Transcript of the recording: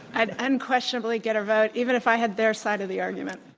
i'd unquestionably get her vote even if i had their side of the argument.